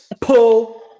pull